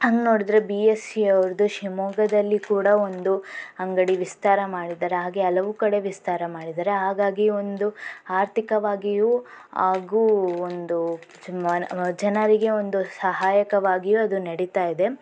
ಹಾಗೆ ನೋಡಿದ್ರೆ B S E ಅವ್ರದ್ದು ಶಿವಮೊಗ್ಗದಲ್ಲಿ ಕೂಡ ಒಂದು ಅಂಗಡಿ ವಿಸ್ತಾರ ಮಾಡಿದ್ದಾರೆ ಹಾಗೆ ಹಲವು ಕಡೆ ವಿಸ್ತಾರ ಮಾಡಿದ್ದಾರೆ ಹಾಗಾಗಿ ಒಂದು ಆರ್ಥಿಕವಾಗಿಯೂ ಹಾಗು ಒಂದು ಜನರಿಗೆ ಒಂದು ಸಹಾಯಕವಾಗಿಯೂ ಅದು ನಡೀತಾಯಿದೆ